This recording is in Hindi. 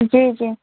जी जी